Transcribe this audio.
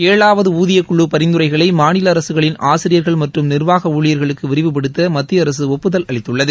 ஏழாவது ஊதியக்குழு பரிந்துரைகளை மாநில அரசுகளின் ஆசிரியர்கள் மற்றும் நிர்வாக ஊழியர்களுக்கு விரிவுபடுத்த மத்திய அரசு ஒப்புதல் அளித்துள்ளது